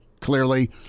clearly